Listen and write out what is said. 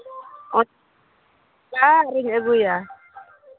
ᱟᱨ ᱤᱧ ᱟᱹᱜᱩᱭᱟ